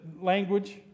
language